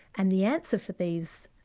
and the answer for these,